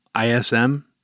ISM